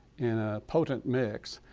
in a potent mix,